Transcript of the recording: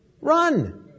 run